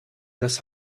das